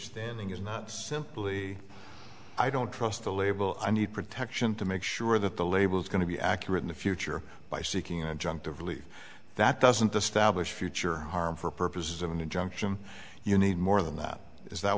standing is not simply i don't trust the label i need protection to make sure that the label is going to be accurate in the future by seeking a jump to believe that doesn't establish future harm for purposes of an injunction you need more than that is that